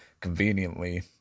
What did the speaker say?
Conveniently